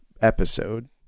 episode